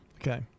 Okay